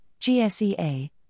GSEA